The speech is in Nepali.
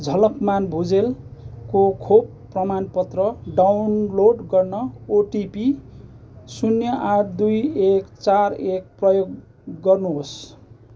झलकमान भुजेलको खोप प्रमाण पत्र डाउनलोड गर्न ओटिपी शून्य आठ दुई एक चार एक प्रयोग गर्नुहोस्